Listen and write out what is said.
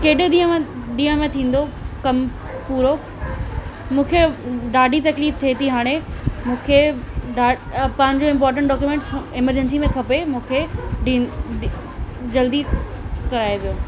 केॾे ॾींहं ॾींहं में थींदो मूंखे कमु पूरो मूंखे ॾाढी तकलीफ़ थिए थी हाणे मूंखे पंहिंजो इंपोटेंट डोक्यूमेंट्स इमरजंसी में खपे मूंखे ॾींहुं जल्दी कराएजो